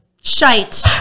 shite